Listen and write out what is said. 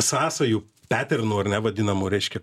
sąsajų peternų ar ne vadinamų reiškia